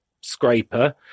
scraper